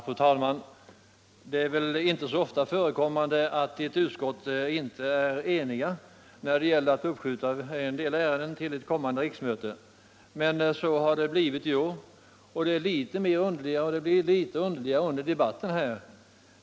Fru talman! Det förekommer väl inte så ofta att ett utskott inte är enigt när det gäller att uppskjuta en del ärenden till kommande riksmöte. Men så har det blivit i år, och det har blivit litet underligt under debatten här.